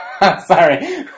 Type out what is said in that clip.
Sorry